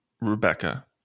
Rebecca